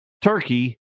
turkey